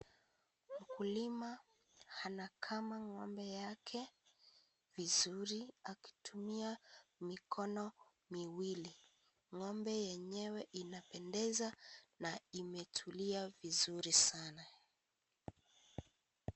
Mkulima anakama ng'ombe yake vizuri akitumia mikono miwili. Ng'ombe yenyewe inapendeza na imetulia vizuri sana .